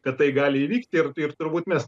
kad tai gali įvykti ir ir turbūt mes